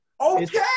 Okay